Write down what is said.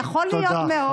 יכול להיות מאוד,